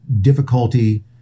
difficulty